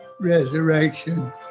resurrection